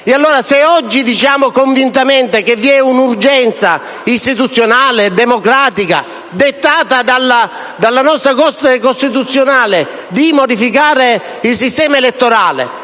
Allora, se oggi affermiamo con convinzione che vi è un'urgenza istituzionale, democratica, dettata dalla Corte costituzionale, di modificare il sistema elettorale